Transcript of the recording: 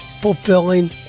fulfilling